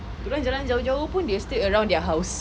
dorang jalan jauh-jauh pun they will stay around their house